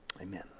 Amen